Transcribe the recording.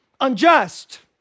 unjust